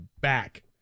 back